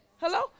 Hello